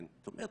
זאת אומרת,